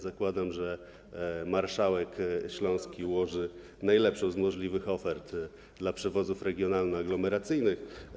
Zakładam, że marszałek śląski ułoży najlepszą z możliwych ofert dla przewozów regionalno-aglomeracyjnych.